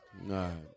No